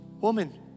Woman